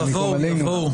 יבואו, יבואו.